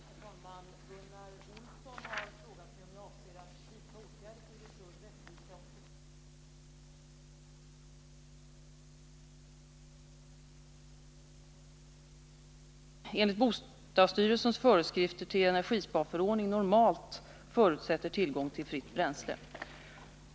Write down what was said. Herr talman! Gunnar Olsson har frågat mig om jag avser att vidta åtgärder för att ge större rättvisa åt systemet med vedeldningsbidrag. Frågan har sin grund i att stöd för övergång till vedeldning enligt bostadsstyrelsens föreskrifter till energisparförordningen normalt förutsätter tillgång till fritt bränsle.